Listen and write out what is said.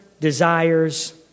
desires